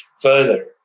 further